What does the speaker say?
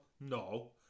No